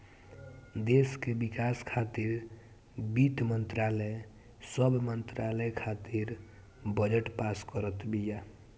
देस के विकास खातिर वित्त मंत्रालय सब मंत्रालय खातिर बजट पास करत बिया